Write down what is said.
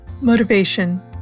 motivation